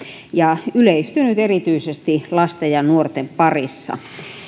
ja yleistynyt erityisesti lasten ja nuorten parissa